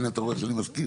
הנה אתה רואה שאני מזכיר.